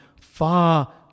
far